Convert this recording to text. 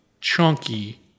chunky